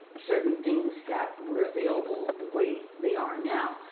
certain things that were available the way they are now.